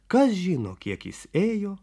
kas žino kiek jis ėjo